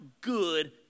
good